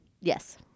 Yes